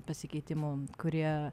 pasikeitimų kurie